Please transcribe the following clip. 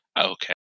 Okay